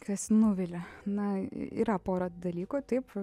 kas nuvilia na yra pora dalykų taip